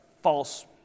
false